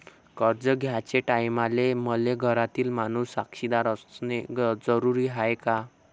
कर्ज घ्याचे टायमाले मले घरातील माणूस साक्षीदार असणे जरुरी हाय का?